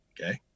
Okay